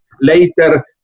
Later